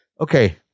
Okay